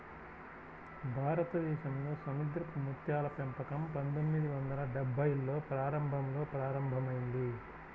భారతదేశంలో సముద్రపు ముత్యాల పెంపకం పందొమ్మిది వందల డెభ్భైల్లో ప్రారంభంలో ప్రారంభమైంది